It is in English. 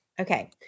Okay